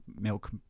milk